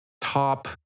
top